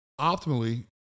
optimally